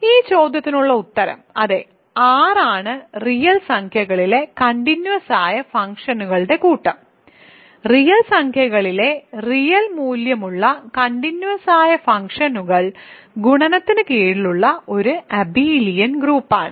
ഈ ചോദ്യത്തിനുള്ള ഉത്തരം അതെ R ആണ് റിയൽ സംഖ്യകളിലെ കണ്ടിന്യൂസ് ആയ ഫംഗ്ഷനുകളുടെ കൂട്ടം റിയൽ സംഖ്യകളിലെ റിയൽ മൂല്യമുള്ള കണ്ടിന്യൂസ് ആയ ഫംഗ്ഷനുകൾ ഗുണനത്തിന് കീഴിലുള്ള ഒരു അബെലിയൻ ഗ്രൂപ്പാണ്